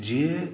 जे